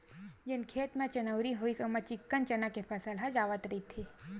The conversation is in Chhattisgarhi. जउन खेत म चनउरी होइस ओमा चिक्कन चना के फसल ह जावत रहिथे